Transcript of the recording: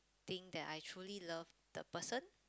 think that I truly love the person